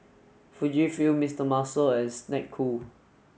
Fujifilm Mister Muscle and Snek Ku